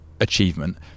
achievement